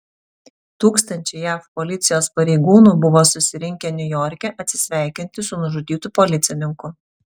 tūkstančiai jav policijos pareigūnų buvo susirinkę niujorke atsisveikinti su nužudytu policininku